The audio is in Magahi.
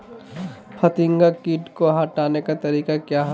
फतिंगा किट को हटाने का तरीका क्या है?